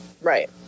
Right